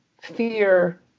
fear